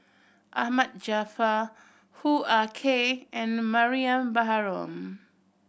Ahmad Jaafar Hoo Ah Kay and Mariam Baharom